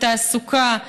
בתעסוקה,